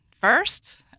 First